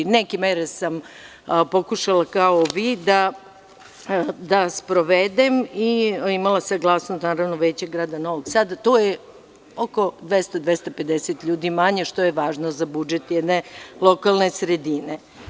Neke mere sam pokušala kao vi da sprovedem i imala saglasnost Veća Grada Novog Sada i to je oko 250 ljudi manje, što je važno za budžet jedne lokalne sredine.